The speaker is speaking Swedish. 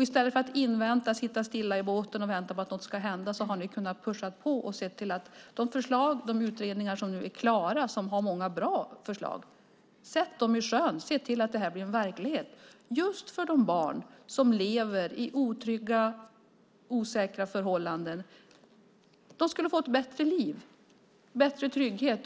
I stället för att sitta stilla i båten och vänta på att något ska hända hade ni kunnat pusha på och sett till att sätta de utredningar som nu är klara, och som har många bra förslag, i sjön och sett till att de blev verklighet. Just de barn som lever i otrygga, osäkra förhållanden skulle då få ett bättre liv och mer trygghet.